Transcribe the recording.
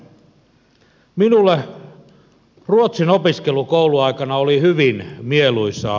minulle ruotsin opiskelu kouluaikana oli hyvin mieluisaa